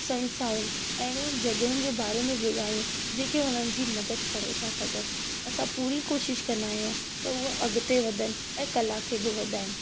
संस्थाऊं अहिड़ियूं जगहयुनि जे बारे में ॿुधायूं जेके हुननि जी मदद करे था सघनि असां पूरी कोशिश कंदा आहियूं त उहे अॻिते वधनि ऐं कला खे बि वधाइनि